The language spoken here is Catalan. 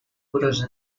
curosa